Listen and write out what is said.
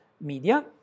media